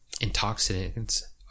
intoxicants